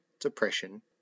Depression